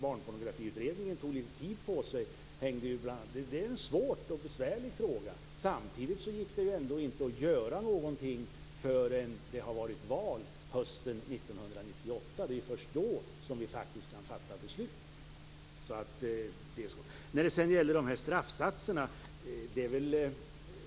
Barnpornografiutredningen tog litet tid på sig. Detta är en svår och besvärlig fråga. Samtidigt går det inte att göra någonting förrän det har varit val hösten 1998. Det är först då som vi faktiskt kan fatta beslut.